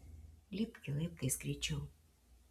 lipki laiptais greičiau